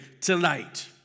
tonight